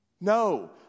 No